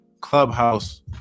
Clubhouse